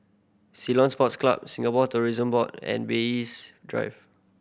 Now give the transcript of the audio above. Ceylon Sports Club Singapore Tourism Board and Bay East Drive